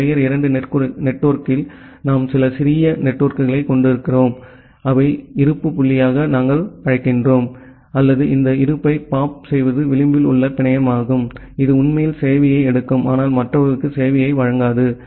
ஒரு லேயர் 2 நெட்வொர்க்கில் நாம் சில சிறிய நெட்வொர்க்குகளைக் கொண்டிருக்கிறோம் அவை இருப்பு புள்ளியாக நாங்கள் அழைக்கிறோம் அல்லது இந்த இருப்பை பாப் செய்வது விளிம்பில் உள்ள பிணையமாகும் இது உண்மையில் சேவையை எடுக்கும் ஆனால் மற்றவர்களுக்கு சேவையை வழங்காது